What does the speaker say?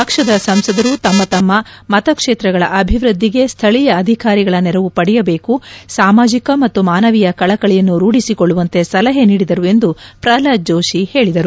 ಪಕ್ಷದ ಸಂಸದರು ತಮ್ಮ ತಮ್ಮ ಮತಕ್ಷೇತ್ರಗಳ ಅಭಿವೃದ್ದಿಗೆ ಸ್ಥಳೀಯ ಅಧಿಕಾರಿಗಳ ನೆರವು ಪಡೆಯಬೇಕು ಸಾಮಾಜಿಕ ಮತ್ತು ಮಾನವೀಯ ಕಳಕಳಿಯನ್ನು ರೂಧಿಸಿಕೊಳ್ಳುವಂತೆ ಸಲಹೆ ನೀಡಿದರು ಎಂದು ಪ್ರಹ್ಲಾದ್ ಜೋಶಿ ಹೇಳಿದರು